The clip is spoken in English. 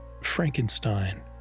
Frankenstein